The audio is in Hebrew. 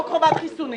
חוק חובת חיסונים